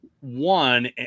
one